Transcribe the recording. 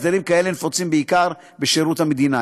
והסדרים כאלה נפוצים בעיקר בשירות המדינה.